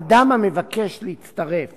אדם המבקש להצטרף